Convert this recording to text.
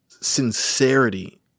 sincerity